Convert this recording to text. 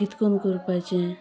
कितकोन करपाचें